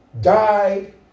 Died